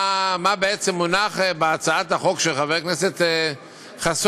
בעצם מונח בהצעת החוק של חבר הכנסת חסון,